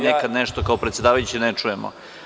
Nekad nešto kao predsedavajući ne čujem.